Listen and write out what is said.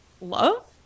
love